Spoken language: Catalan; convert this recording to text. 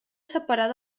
separar